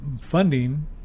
funding